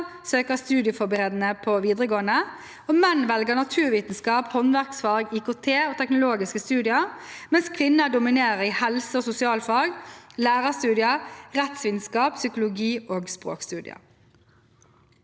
søker studieforberedende på videregående. Menn velger naturvitenskap, håndverksfag, IKT og teknologiske studier, mens kvinner dominerer i helse- og sosialfag, lærerstudier, rettsvitenskap, psykologi og språkstudier.